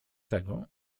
tego